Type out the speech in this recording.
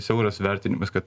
siauras vertinimas kad